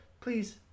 please